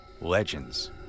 legends